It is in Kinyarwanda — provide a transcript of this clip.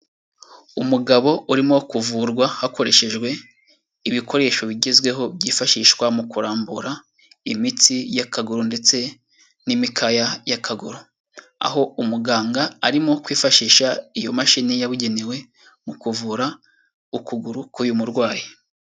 Umugabo urimo kuvurwa hakoreshejwe ibikoresho bigezweho byifashishwa mu kurambura imitsi y'akaguru ndetse n'imikaya y'akaguru, aho umuganga arimo kwifashisha iyo mashini yabugenewe mu kuvura ukuguru k'uyu murwayi.